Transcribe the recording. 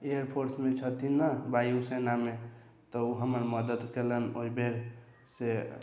air force मे छथिन न वायुसेना मे तऽ ओ हमर मदद कयलनि ओहिबेर से